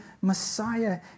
Messiah